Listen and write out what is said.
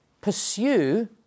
pursue